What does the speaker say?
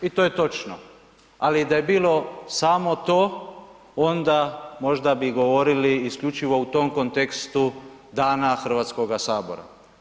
I to je točno ali da je bilo samo to onda možda bi govorili isključivo u tom kontekstu Dana Hrvatskoga sabora.